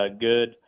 good